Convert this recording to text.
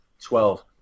twelve